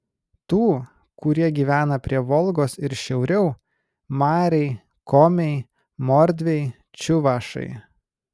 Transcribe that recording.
tų kurie gyvena prie volgos ir šiauriau mariai komiai mordviai čiuvašai